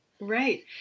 Right